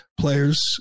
players